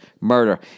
Murder